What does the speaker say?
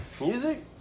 Music